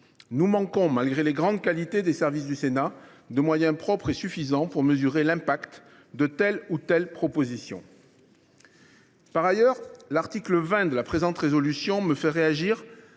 Nous manquons, en dépit de la grande qualité des services du Sénat, de moyens propres suffisants pour mesurer l’impact de telle ou telle proposition. Par ailleurs, l’article 20 de la présente proposition de résolution me fait réagir